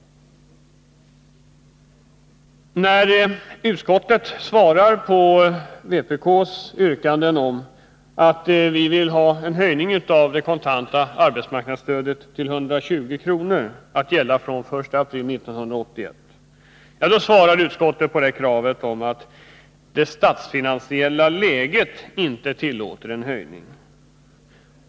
På vpk:s yrkande om höjning av det kontanta arbetsmarknadsstödet till 120 kr. att gälla fr.o.m.den 1 april 1981 svarar utskottet att det statsfinansiella läget inte tillåter någon höjning.